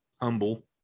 humble